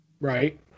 right